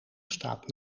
staat